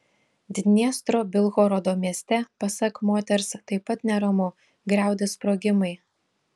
dniestro bilhorodo mieste pasak moters taip pat neramu griaudi sprogimai